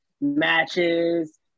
matches